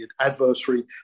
adversary